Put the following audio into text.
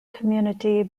community